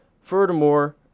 furthermore